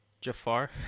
Jafar